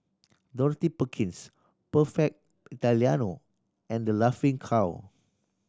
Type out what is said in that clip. Dorothy Perkins Perfect Italiano and The Laughing Cow